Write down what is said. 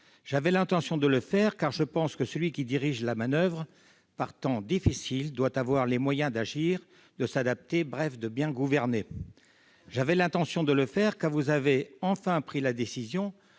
J'avais l'intention de le faire, car je pense que celui qui dirige la manoeuvre par temps difficile doit avoir les moyens d'agir, de s'adapter, bref de bien gouverner. J'avais l'intention de le faire, car vous avez enfin pris la décision